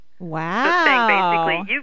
Wow